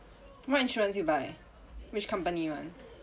what insurance you buy which company [one]